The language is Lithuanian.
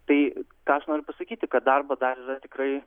tai ką aš noriu pasakyti kad darbo dar yra tikrai